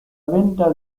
venta